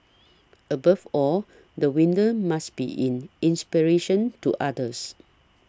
above all the winner must be in inspiration to others